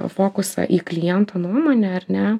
fokusą į kliento nuomonę ar ne